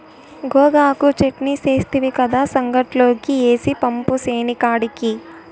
గోగాకు చెట్నీ సేస్తివి కదా, సంగట్లోకి ఏసి పంపు సేనికాడికి